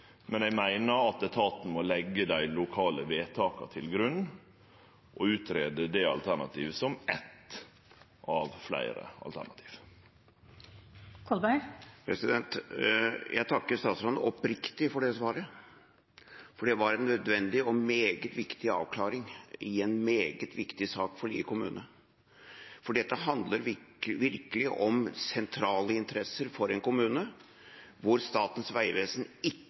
Men eg meiner at etaten må leggje dei lokale vedtaka til grunn og greie ut det alternativet som eitt av fleire alternativ. Jeg takker statsråden oppriktig for det svaret, for det var en nødvendig og meget viktig avklaring i en meget viktig sak for Lier kommune. Dette handler virkelig om sentrale interesser for en kommune, hvor Statens vegvesen ikke